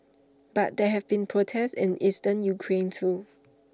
but there have been protests in eastern Ukraine too